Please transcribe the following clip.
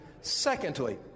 Secondly